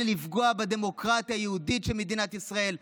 אלא לפגוע בדמוקרטיה היהודית של מדינת ישראל,